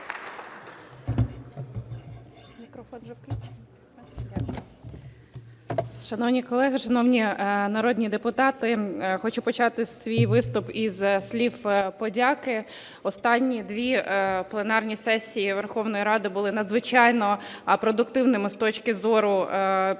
Шановні колеги, шановні народні депутати! Хочу почати свій виступ із слів подяки. Останні дві пленарні сесії Верховної Ради були надзвичайно продуктивними з точки зору підсилення